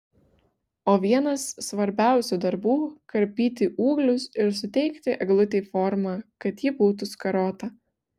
o vienas svarbiausių darbų karpyti ūglius ir suteikti eglutei formą kad ji būtų skarota